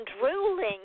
drooling